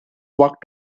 walked